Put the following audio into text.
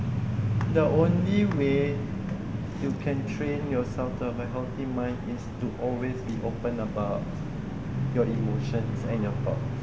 the only way you can train yourself to have a healthy mind is to always be open about your emotions and your thoughts